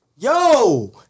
Yo